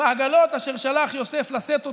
"בעגלות אשר שלח יוסף לשאת אותו".